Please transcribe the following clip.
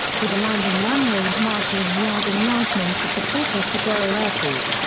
to the landing runway and marshalling yard enlargements of the porto seguro airport,